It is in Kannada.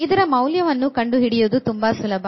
ಇದರ ಮೌಲ್ಯವನ್ನು ಕಂಡುಹಿಡಿಯುವುದು ತುಂಬಾ ಸುಲಭ